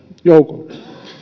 joukolta